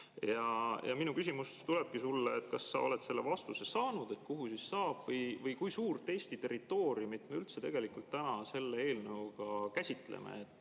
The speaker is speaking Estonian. Minu küsimus tulebki sulle: kas sa oled selle vastuse saanud, kuhu siis saab [ehitada] või kui suurt Eesti territooriumit me üldse tegelikult täna selle eelnõuga käsitleme?